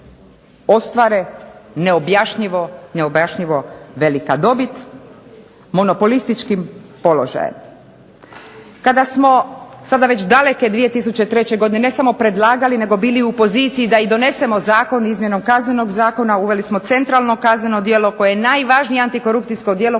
ostvare neobjašnjivo velika dobit monopolističkim položajem. Kada smo sada već daleke 2003. godine ne samo predlagali nego bili u poziciji da i donesemo zakon izmjenom Kaznenog zakona uveli smo centralno kazneno djelo koje je najvažnije antikorupcijsko djelo